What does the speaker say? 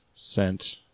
Sent